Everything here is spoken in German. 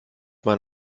mein